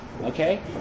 Okay